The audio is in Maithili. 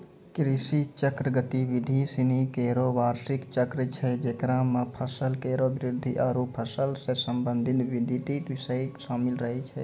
कृषि चक्र गतिविधि सिनी केरो बार्षिक चक्र छै जेकरा म फसल केरो वृद्धि आरु फसल सें संबंधित बिषय शामिल रहै छै